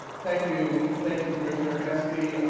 thank you, thank you, commissioner esty.